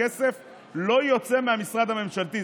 הכסף לא יוצא מהמשרד הממשלתי,